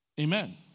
Amen